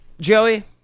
Joey